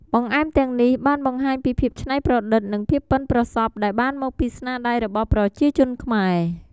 បង្អែមទាំងនេះ បានបង្ហាញពីភាពឆ្នៃប្រឌិតនិងភាពប៉ិនប្រសព្វដែលបានមកពីស្នាដៃរបស់ប្រជាជនខ្មែរ។